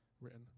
written